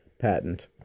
patent